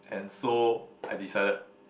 and so I decided